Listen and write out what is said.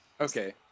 okay